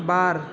ᱵᱟᱨ